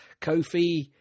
Kofi